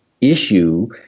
issue